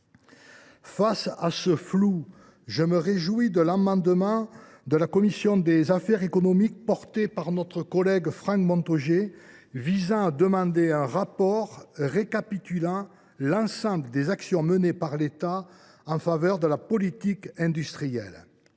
Face à ce flou, je me réjouis de l’amendement de la commission des affaires économiques que défendra notre collègue Franck Montaugé visant à demander un rapport récapitulant l’ensemble des actions menées par l’État en faveur de la politique industrielle.